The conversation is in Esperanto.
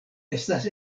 estas